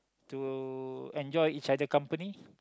to enjoy each other company